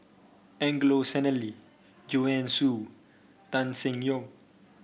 Angelo Sanelli Joanne Soo Tan Seng Yong